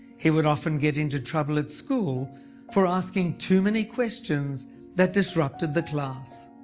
he would often get into trouble at school for asking too many questions that disrupted the class.